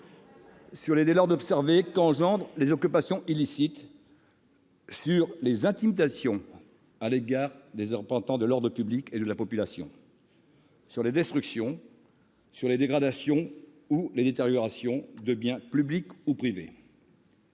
sur les désordres qu'engendrent les occupations illicites, sur les intimidations à l'égard des représentants de l'ordre public et de la population, sur les destructions, les dégradations ou les détériorations de biens publics ou privés